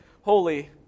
holy